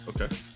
Okay